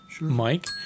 Mike